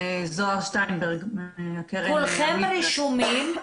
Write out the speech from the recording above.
כולכם רשומים,